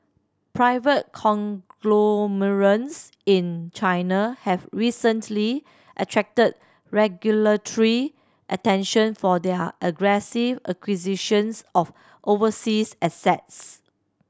private conglomerates in China have recently attracted regulatory attention for their aggressive acquisitions of overseas assets